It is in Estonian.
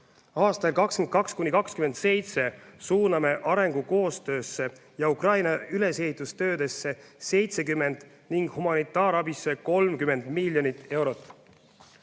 Aastail 2022–2027 suuname arengukoostöösse ja Ukraina ülesehitustöödesse 70 ning humanitaarabisse 30 miljonit eurot.